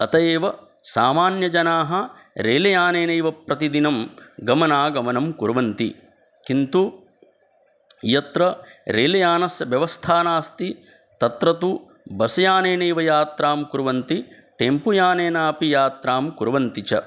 अतः एव सामान्यजनाः रेलयानेनैव प्रतिदिनं गमनागमनं कुर्वन्ति किन्तु यत्र रेलयानस्य व्यवस्था नास्ति तत्र तु बसयानेनैव यात्रां कुर्वन्ति टेम्पुयानेनापि यात्रां कुर्वन्ति च